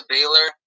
Baylor